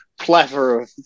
plethora